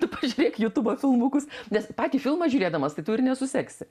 tu pažiūrėk jutubo filmukus nes patį filmą žiūrėdamas tai tų ir nesuseksi